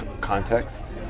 context